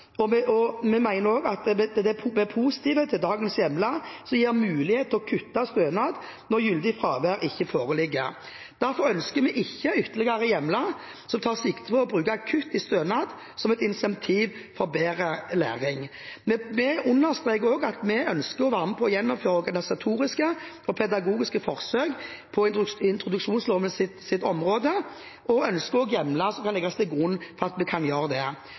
og oppmøte. Vi er positive til dagens hjemler som gir mulighet til å kutte stønaden når gyldig fravær ikke foreligger. Derfor ønsker vi ikke ytterligere hjemler som tar sikte på å bruke kutt i stønad som et incentiv for bedre læring. Vi understreker også at vi ønsker å være med på å gjennomføre organisatoriske og pedagogiske forsøk på introduksjonslovens område og ønsker hjemler som kan legge til grunn for